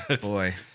Boy